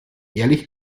ehrlich